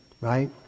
right